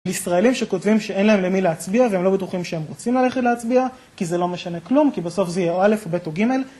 ישראלים שכותבים שאין להם למי להצביע והם לא בטוחים שהם רוצים ללכת להצביע כי זה לא משנה כלום כי בסוף זה יהיה או א' או ב' או ג',